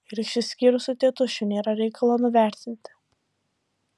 ir išsiskyrusių tėtušių nėra reikalo nuvertinti